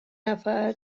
نفر